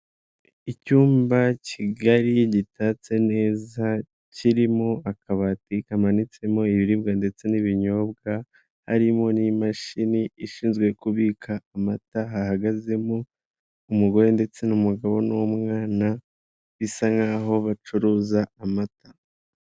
Icyumba kigari, gitatse neza, kirimo akabati kamanitsemo ibiribwa ndetse n'ibinyobwa, harimo n'imashini ishinzwe kubika amata, hahagazemo umugore ndetse n'umugabo n'umwana, bisa nkaho bacuruza amata.